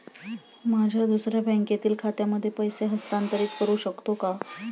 माझ्या दुसऱ्या बँकेतील खात्यामध्ये पैसे हस्तांतरित करू शकतो का?